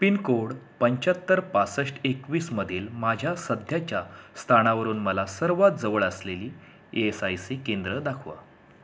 pin code पंच्याहत्तर पासष्ट एकवीसमधील माझ्या सध्याच्या स्थानावरून मला सर्वात जवळ असलेली ई एस आय सी केंद्रे दाखवा